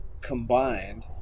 combined